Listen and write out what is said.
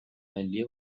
ملی